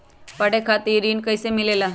पढे खातीर ऋण कईसे मिले ला?